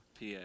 pa